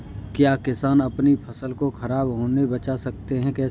क्या किसान अपनी फसल को खराब होने बचा सकते हैं कैसे?